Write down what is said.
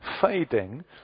fading